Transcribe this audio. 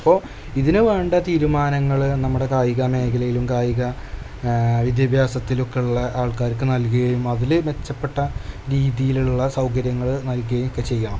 അപ്പോൾ ഇതിനു വേണ്ട തീരുമാനങ്ങൾ നമ്മുടെ കായിക മേഖലയിലും കായിക വിദ്യാഭ്യാസത്തിലും ഒക്കെ ഉള്ള ആൾക്കാർക്ക് നൽകുകയും അതിൽ മെച്ചപ്പെട്ട രീതിയിലുള്ള സൗകര്യങ്ങൾ നൽകുകയും ഒക്കെ ചെയ്യണം